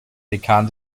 dekan